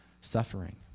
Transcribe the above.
suffering